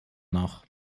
nach